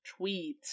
tweets